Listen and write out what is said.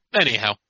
anyhow